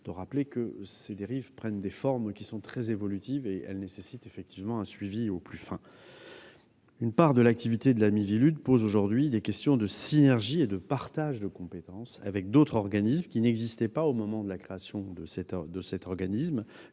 au Gouvernement, ces dérives prennent des formes très évolutives et nécessitent un suivi le plus fin possible. Une part de l'activité de la Miviludes pose aujourd'hui des questions de synergie et de partage de compétences avec d'autres organismes, qui n'existaient pas au moment de la création de cette